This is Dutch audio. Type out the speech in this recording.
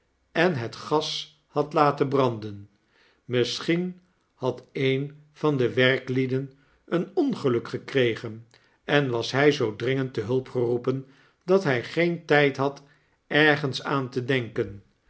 en het glas had laten branden misschien had een van de werklieden een ongeluk gekregen en was hy zoo dringend te hulp geroepen dat hy geen tijd had ergens aan te denken